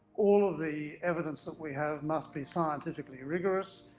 all of the evidence that we have, must be scientifically rigorous,